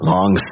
Long